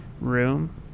room